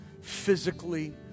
physically